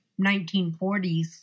1940s